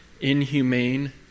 inhumane